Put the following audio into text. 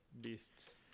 beasts